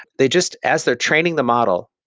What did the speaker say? they just, as they're training the model,